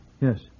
Yes